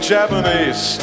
Japanese